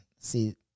See